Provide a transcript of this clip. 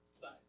size